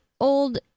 old